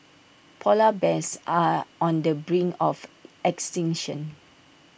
Polar Bears are on the brink of extinction